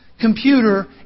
computer